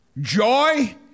joy